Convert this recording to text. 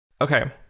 okay